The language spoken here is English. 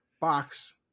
box